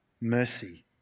mercy